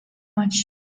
much